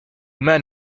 men